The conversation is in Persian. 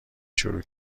شروع